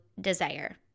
desire